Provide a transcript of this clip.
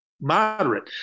moderate